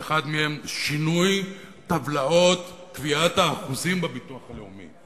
אחד מהם הוא שינוי טבלאות קביעת האחוזים בביטוח הלאומי,